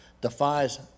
defies